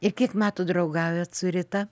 ir kiek metų draugaujat su rita